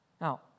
Now